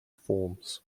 forms